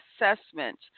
assessment